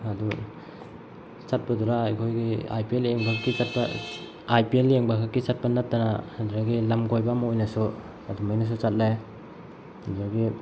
ꯑꯗꯨꯒ ꯆꯠꯄꯗꯨꯗ ꯑꯩꯈꯣꯏꯒꯤ ꯑꯥꯏ ꯄꯤ ꯑꯦꯜ ꯌꯦꯡꯕꯒꯤ ꯆꯠꯄ ꯑꯥꯏ ꯄꯤ ꯑꯦꯜ ꯌꯦꯡꯕ ꯈꯛꯀꯤ ꯆꯠꯄ ꯅꯠꯇꯅ ꯑꯗꯨꯗꯒꯤ ꯂꯝ ꯀꯣꯏꯕꯝ ꯑꯣꯏꯅꯁꯨ ꯑꯗꯨꯃꯥꯏꯅꯁꯨ ꯆꯠꯂꯦ ꯑꯗꯨꯗꯒꯤ